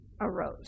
arose